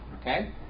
Okay